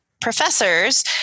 Professors